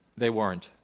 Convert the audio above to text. they weren't.